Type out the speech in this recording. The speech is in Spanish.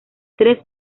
tres